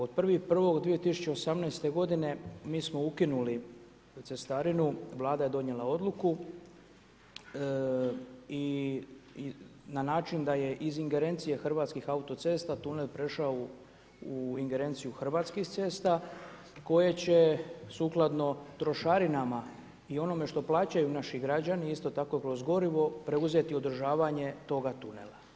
Od 1.1.2018. mi smo ukinuli cestarinu, Vlada je donijela odluku, i na način, da je iz ingerencije Hrvatskih autocesta, tunel prešao u ingerenciju Hrvatskih cesta, koje će sukladno trošarinama i onome što plaćaju naši građani, isto tako kroz gorivo, preuzeti održavanje toga tunela.